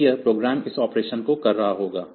तो यह प्रोग्राम इस ऑपरेशन को कर रहा होगा